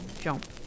Jump